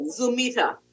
Zumita